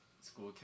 school